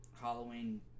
Halloween